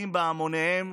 שמגיעים בהמוניהם